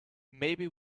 maybe